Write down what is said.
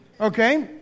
okay